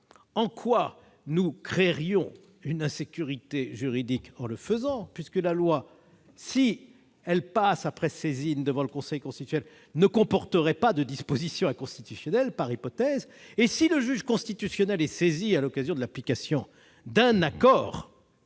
en quoi nous créerions une insécurité juridique en le faisant, puisque la loi, si elle passe après saisine devant le Conseil constitutionnel, ne comporterait pas de dispositions inconstitutionnelles, par hypothèse. Si le juge constitutionnel est saisi à l'occasion de l'application d'un accord